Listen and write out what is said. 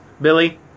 Billy